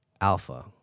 alpha